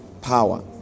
power